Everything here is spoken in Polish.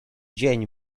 dzień